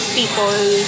people